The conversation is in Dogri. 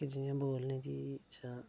कि जि'यां बोलने दी